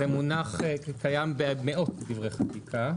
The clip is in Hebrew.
זה מונח קיים במאות דברי חקיקה.